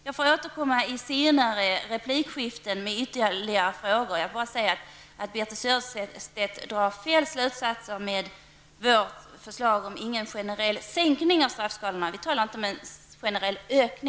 Jag får återkomma i senare repliksskiften med ytterligare frågor. Jag vill bara säga att Birthe Sörestedt drar fel slutsatser av vårt förslag om ingen generell sänkning av straffskalorna. Vi talar inte om en generell ökning.